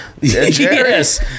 Yes